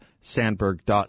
Sandberg